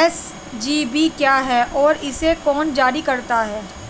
SGB क्या है और इसे कौन जारी करता है?